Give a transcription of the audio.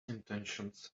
intentions